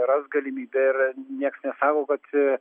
ras galimybę ir nieks nesako kad